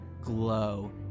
glow